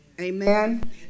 amen